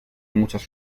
muchas